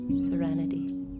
serenity